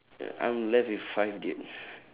I I'm left with five dude